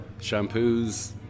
shampoos